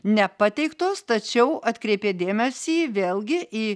nepateiktos tačiau atkreipė dėmesį vėlgi į